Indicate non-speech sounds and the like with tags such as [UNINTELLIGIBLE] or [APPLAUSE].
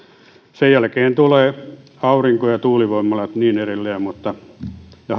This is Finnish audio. sen jälkeen tulevat aurinko ja tuulivoimalat ja niin edelleen ja [UNINTELLIGIBLE]